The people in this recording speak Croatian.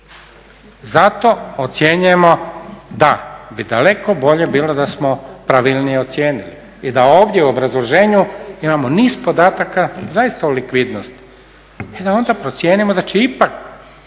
Zato ocjenjujemo da bi daleko bolje bilo da smo pravilnije ocijenili i da ovdje u obrazloženju imamo niz podataka, zaista u likvidnosti i da onda procijenimo da će ipak